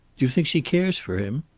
do you think she cares for him?